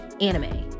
Anime